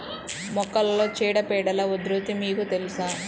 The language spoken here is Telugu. మొక్కలలో చీడపీడల ఉధృతి మీకు తెలుసా?